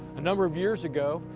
a number of years ago,